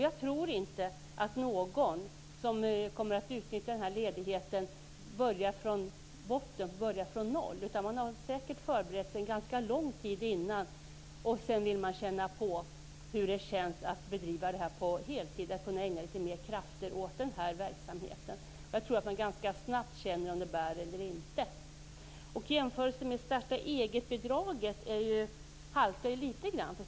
Jag tror inte att någon som kommer att utnyttja den här ledigheten börjar från botten, från noll, utan man har säkert förberett sig ganska lång tid innan och vill sedan känna på hur det känns att driva företag på heltid och kunna ägna mer kraft åt den här verksamheten. Jag tror att man ganska snabbt känner om det bär eller inte. Jämförelsen med starta-eget-bidraget haltar litet grand.